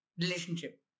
relationship